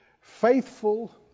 Faithful